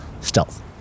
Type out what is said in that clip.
stealth